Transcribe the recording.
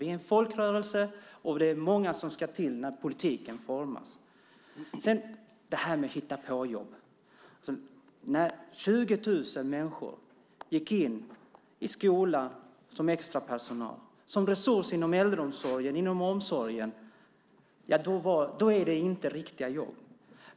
Vi är en folkrörelse, och det är många som ska vara med när politiken formas. Sedan har vi detta med hitta-på-jobb. När 20 000 människor fick jobb som extrapersonal i skolan och som resurs i äldreomsorgen är det inte riktiga jobb.